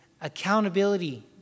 accountability